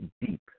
deep